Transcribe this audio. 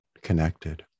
connected